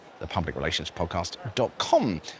thepublicrelationspodcast.com